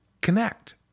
connect